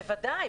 בוודאי.